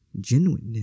Genuineness